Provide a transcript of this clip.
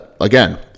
again